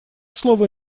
слово